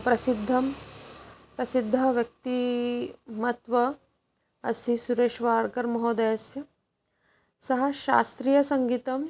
प्रसिद्धं प्रसिद्धं व्यक्त्तिमत्वम् अस्ति सुरेश्वाड्कर् महोदयस्य सः शास्त्रीयसङ्गीतं